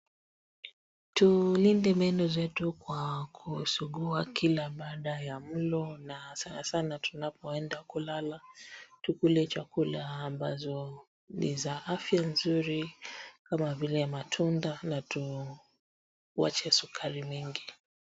Tulinde meno zetu kwa kusugua kila baada ya mlo na sana sana tunapoenda kulala tukule chakula ambazo ni za afya nzuri kama vile matunda na tuwache sukari mingi.